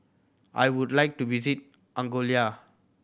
I would like to visit Angola